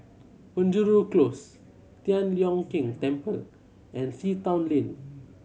Penjuru Close Tian Leong Keng Temple and Sea Town Lane